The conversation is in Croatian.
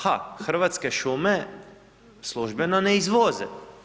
Ha, Hrvatske šume službeno ne izvoze.